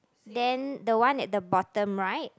then the one at the bottom right